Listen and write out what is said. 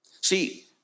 See